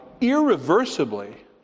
irreversibly